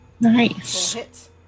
Nice